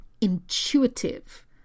intuitive